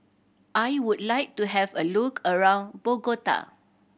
I would like to have a look around Bogota